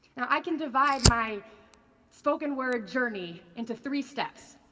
now i can divide my spoken-word journey into three steps.